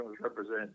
represent